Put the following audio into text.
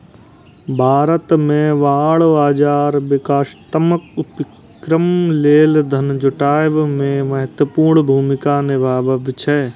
भारत मे बांड बाजार विकासात्मक उपक्रम लेल धन जुटाबै मे महत्वपूर्ण भूमिका निभाबै छै